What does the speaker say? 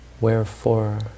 Wherefore